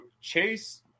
Chase